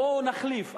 בואו נחליף.